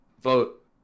vote